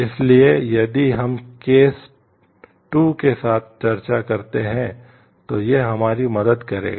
इसलिए यदि हम केस 2 के साथ चर्चा करते हैं तो यह हमारी मदद करेगा